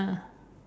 ah